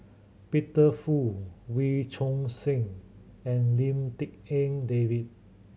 Peter Fu Wee Choon Seng and Lim Tik En David